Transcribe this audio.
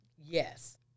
Yes